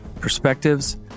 perspectives